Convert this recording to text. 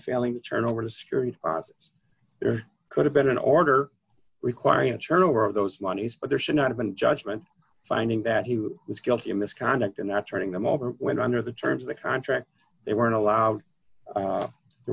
failing to turn over the security there could have been an order requiring a turnover of those monies but there should not have been judgment finding that he was guilty of misconduct and not turning them over when under the terms of the contract they weren't allowed there